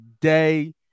day